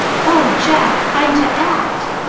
oh, jack, i'm to act!